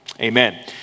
amen